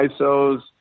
ISOs